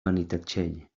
benitatxell